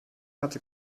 hatte